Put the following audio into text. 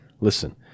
Listen